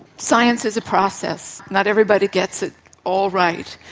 science is a process. not everybody gets it all right.